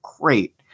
great